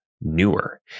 newer